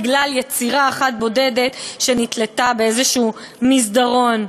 בגלל יצירה אחת בודדת שנתלתה באיזה מסדרון.